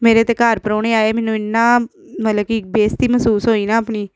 ਮੇਰੇ ਤਾਂ ਘਰ ਪ੍ਰਾਹੁਣੇ ਆਏ ਮੈਨੂੰ ਇੰਨਾ ਮਤਲਬ ਕਿ ਬੇਇੱਜ਼ਤੀ ਮਹਿਸੂਸ ਹੋਈ ਨਾ ਆਪਣੀ